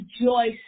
rejoice